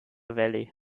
valley